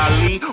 Ali